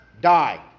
die